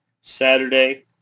Saturday